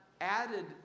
added